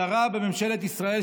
שרה בממשלת ישראל,